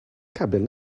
cabin